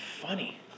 funny